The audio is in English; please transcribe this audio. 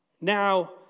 Now